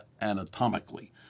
anatomically